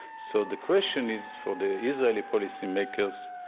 so the question is for the israeli policymakers,